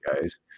guys